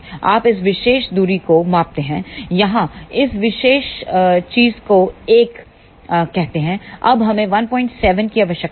आप इस विशेष दूरी को मापते हैं यहां इस विशेष चीज को एक कहते हैं अब हमें 17 की आवश्यकता है